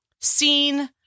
seen